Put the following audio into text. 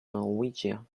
norwegia